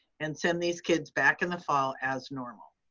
and send these kids back in the fall as normal.